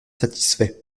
satisfait